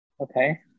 Okay